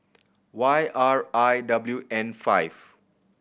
Y R I W N five